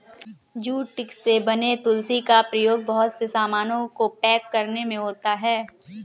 jute से बने सुतली का प्रयोग बहुत से सामानों को पैक करने में होता है